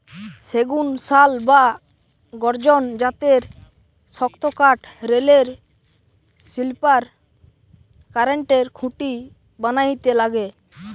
সেগুন, শাল বা গর্জন জাতের শক্তকাঠ রেলের স্লিপার, কারেন্টের খুঁটি বানাইতে লাগে